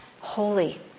holy